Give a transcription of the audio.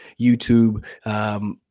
YouTube